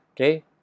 okay